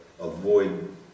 avoid